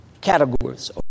categories